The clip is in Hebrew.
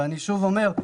ושוב אני אומר,